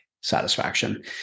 satisfaction